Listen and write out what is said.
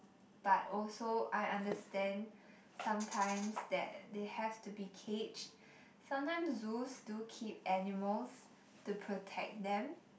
but also I understand sometimes that they have to be caged sometimes zoos do keep animals to protect them